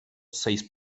seis